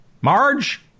Marge